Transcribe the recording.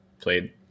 played